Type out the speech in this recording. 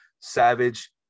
savage